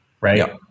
right